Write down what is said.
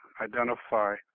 identify